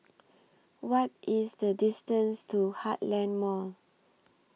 What IS The distance to Heartland Mall